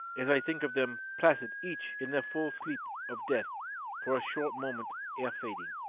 as i think of them placid each in her full sleep of death for a short moment ere fading.